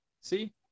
See